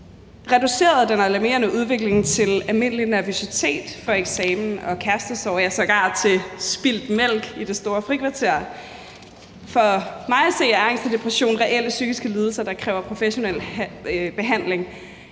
reducerede den alarmerende udvikling til at handle om almindelig nervøsitet for eksamen og kærestesorger og sågar om spildt mælk i det store frikvarter. For mig at se er angst og depression reelle psykiske lidelser, der kræver professionel behandling.